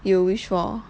you wish for